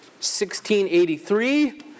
1683